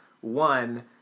One